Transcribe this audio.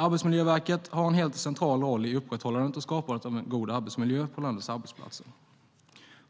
Arbetsmiljöverket har en helt central roll i upprätthållandet och skapandet av en god arbetsmiljö på landets arbetsplatser.